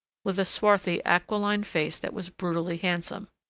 with a swarthy, aquiline face that was brutally handsome.